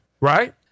right